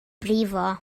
brifo